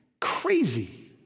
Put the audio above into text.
crazy